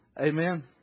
Amen